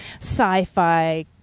sci-fi